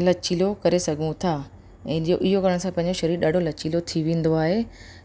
लचीलो करे सघूं था ऐं जे इहो करण सां पंहिंजो शरीर ॾाढो लचीलो थी वेंदो आहे